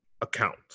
account